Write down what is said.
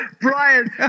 Brian